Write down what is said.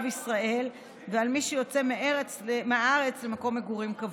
ישראל ועל מי שיוצא מהארץ למקום מגורים קבוע.